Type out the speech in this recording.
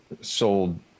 sold